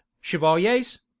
chevaliers